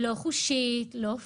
לא חושית, לא פיזית,